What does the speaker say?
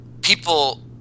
people